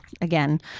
again